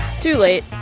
too late.